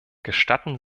gestatten